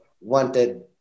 wanted